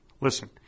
Listen